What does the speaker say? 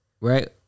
Right